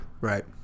right